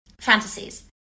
fantasies